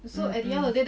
mm mm